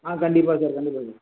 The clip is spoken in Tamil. ஆ கண்டிப்பாக சார் கண்டிப்பாக சார்